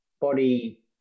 body